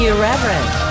Irreverent